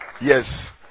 Yes